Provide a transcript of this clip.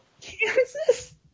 Kansas